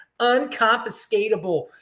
unconfiscatable